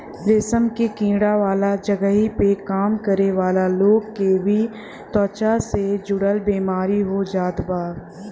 रेशम के कीड़ा वाला जगही पे काम करे वाला लोग के भी त्वचा से जुड़ल बेमारी हो जात बा